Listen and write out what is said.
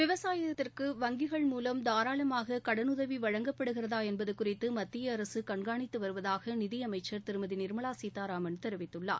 விவசாயத்திற்கு வங்கிகள் மூலம் தாராளமாக கடனுதவி வழங்கப்படுகிறதா என்பது குறித்து மத்திய அரசு கண்காணித்து வருவதாக நிதியமைச்சர் திருமதி நிர்மலா சீதாராமன் தெரிவித்துள்ளார்